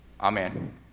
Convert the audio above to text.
Amen